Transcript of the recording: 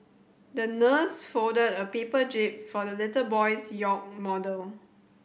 the nurse folded a paper jib for the little boy's yacht model